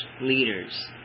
leaders